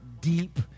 deep